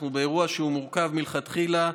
אנחנו באירוע שהוא מורכב מלכתחילה,